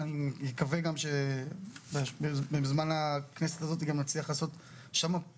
אני מקווה שבזמן הכנסת הזאת גם נצליח למצוא פתרונות,